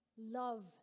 love